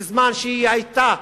בזמן שהיא היתה,